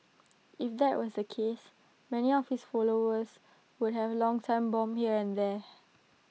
if that was the case many of his followers would have long time bomb here and there